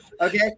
okay